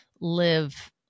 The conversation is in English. live